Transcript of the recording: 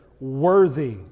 worthy